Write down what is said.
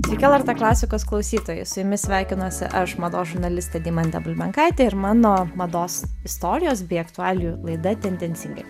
sveiki lrt klasikos klausytojai su jumis sveikinuosi aš mados žurnalistė deimantė bulbenkaitė ir mano mados istorijos bei aktualijų laida tendencingai